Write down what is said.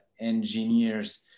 engineers